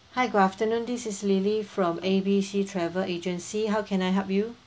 hi good afternoon this is lily from A B C travel agency how can I help you